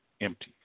empty